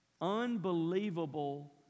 Unbelievable